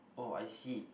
oh I see